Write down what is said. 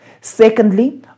Secondly